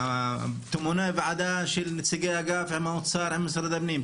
התמונה היא וועדה של נציגי אגף עם האוצר ומשרד הפנים,